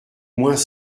moins